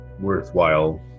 worthwhile